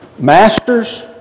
Masters